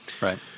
Right